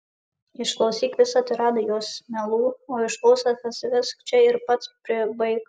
išklausyk visą tiradą jos melų o išklausęs atsivesk čia ir pats pribaik